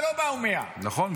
ולא באו 100. נכון,